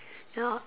ya